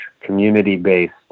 community-based